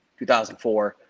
2004